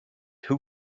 who